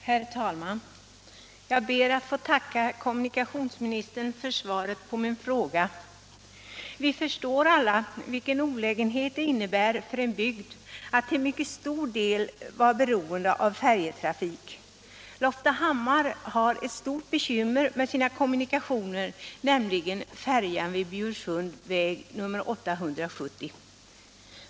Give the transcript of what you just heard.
Herr talman! Jag ber att få tacka kommunikationsministern för svaret på min fråga. Vi förstår alla vilken olägenhet det innebär för en bygd att till mycket stor del vara beroende av färjtrafik. Loftahammar har ett stort bekymmer med sina kommunikationer, särskilt när det gäller färjan vid Bjursund, väg 870.